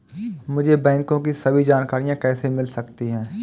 मुझे बैंकों की सभी जानकारियाँ कैसे मिल सकती हैं?